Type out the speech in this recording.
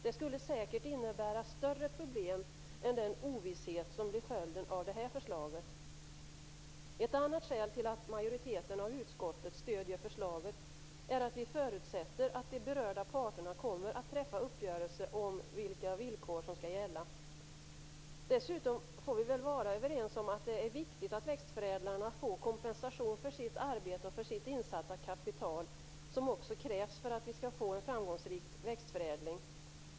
Det skulle säkert innebära större problem än den ovisshet som blir följden av det här förslaget. Ett annat skäl till att majoriteten i utskottet stöder förslaget är att vi förutsätter att de berörda parterna kommer att träffa uppgörelser om vilka villkor som skall gälla. Dessutom kan vi vara överens om att det är viktigt att växtförädlarna får den kompensation för sitt arbete och för sitt insatta kapital som krävs för att vi skall få en framgångsrik växtförädling.